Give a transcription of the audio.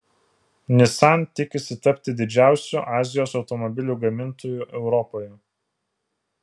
nissan tikisi tapti didžiausiu azijos automobilių gamintoju europoje